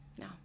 No